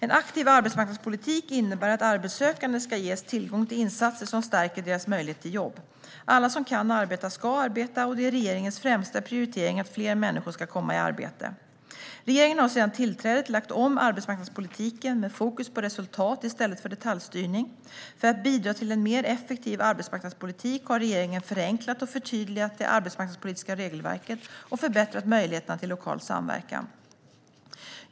En aktiv arbetsmarknadspolitik innebär att arbetssökande ska ges tillgång till insatser som stärker deras möjlighet till jobb. Alla som kan arbeta ska arbeta, och det är regeringens främsta prioritering att fler människor ska komma i arbete. Regeringen har sedan tillträdet lagt om arbetsmarknadspolitiken, med fokus på resultat i stället för detaljstyrning. För att bidra till en mer effektiv arbetsmarknadspolitik har regeringen förenklat och förtydligat det arbetsmarknadspolitiska regelverket och förbättrat möjligheterna till lokal samverkan.